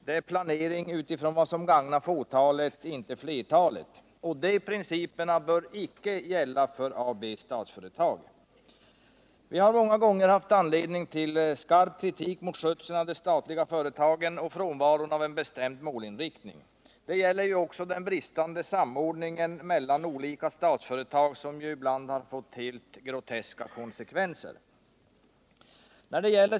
Det gäller planering utifrån vad som gagnar fåtalet, inte flertalet. De principerna bör icke gälla för Statsföretag. Vi har många gånger haft anledning att rikta skarp kritik mot skötseln av de statliga företagen och mot frånvaron av en bestämd målinriktning. Kritiken gäller också den bristande samordningen mellan olika statsföretag, som ibland har fått helt groteska konsekvenser.